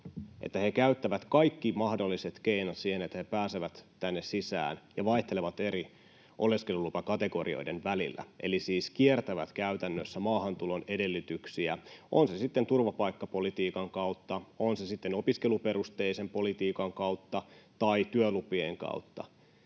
käyttävät kaikki mahdolliset keinot siihen, että he pääsevät tänne sisään ja vaihtelevat eri oleskelulupakategorioiden välillä, eli siis kiertävät käytännössä maahantulon edellytyksiä, on se sitten turvapaikkapolitiikan kautta, on se sitten opiskeluperusteisen politiikan kautta tai työlupien kautta.